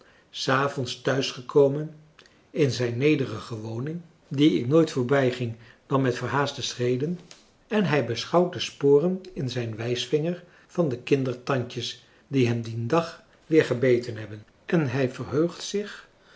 s avonds thuisgekomen in zijn nederige woning die ik nooit voorbijging dan met verhaaste schreden en hij beschouwt de sporen in zijn wijsvinger van de kindertandjes die hem dien dag weer gebeten hebben en hij verheugt zich